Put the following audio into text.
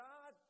God